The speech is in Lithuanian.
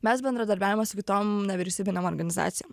mes bendradarbiavome su kitom nevyriausybinėm organizacijom